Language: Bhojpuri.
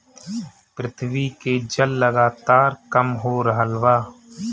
पृथ्वी के जल लगातार कम हो रहल बा